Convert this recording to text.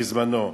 בזמנו,